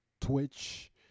twitch